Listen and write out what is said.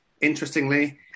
interestingly